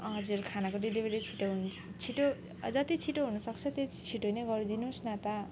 हजुर खानाको डेलिभरी छिटो हुन्छ छिटो जति छिटो हुनसक्छ त्यति छिटो नै गरिदिनु होस् न त